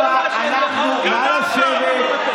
ולא רק נגד יהודים.